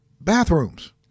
bathrooms